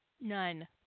None